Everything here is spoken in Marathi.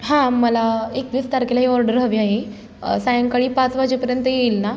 हां मला एकवीस तारखेला ही ऑर्डर हवी आहे सायंकाळी पाच वाजेपर्यंत येईल ना